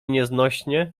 nieznośnie